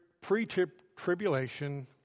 pre-tribulation